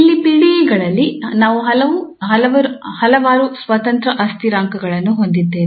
ಇಲ್ಲಿ PDE ಗಳಲ್ಲಿ ನಾವು ಹಲವಾರು ಸ್ವತಂತ್ರ ಅಸ್ಥಿರಾಂಕಗಳನ್ನು ಹೊಂದಿದ್ದೇವೆ